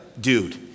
dude